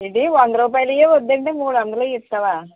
ఏంటి వంద రూపాయలవే వద్దంటే మూడు వందలవి ఇస్తావా